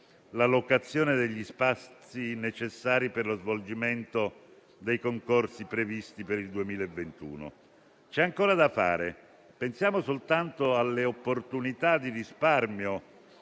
la locazione degli spazi necessari per lo svolgimento dei concorsi previsti per il 2021. C'è ancora da fare. Pensiamo soltanto alle opportunità di risparmio